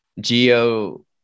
geo